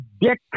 dick